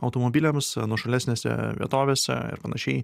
automobiliams nuošalesnėse vietovėse ir panašiai